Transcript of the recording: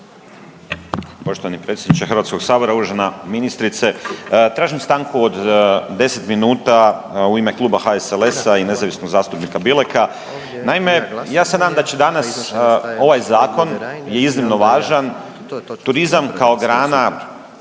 Poštovani predsjedniče HS-a, uvažena ministrice. Tražim stanku od 10 minuta u ime kluba HSLS-a i nezavisnog zastupnika Bileka. Naime, ja se nadam da će danas ovaj zakon je iznimno važan, turizam kao grana